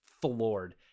floored